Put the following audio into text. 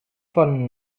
von